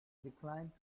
declined